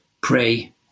Pray